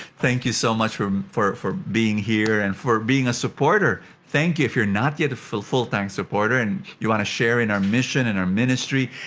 thank you so much for for for being here, and for being a supporter. thank you. if you're not yet a fulltank supporter, and you want to share in our mission and our ministry,